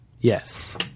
Yes